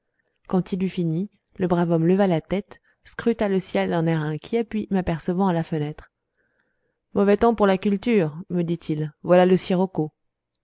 quand il eut fini le brave homme leva la tête scruta le ciel d'un air inquiet puis m'apercevant à la fenêtre mauvais temps pour la culture me dit-il voilà le sirocco